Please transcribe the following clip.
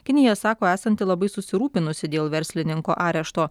kinija sako esanti labai susirūpinusi dėl verslininko arešto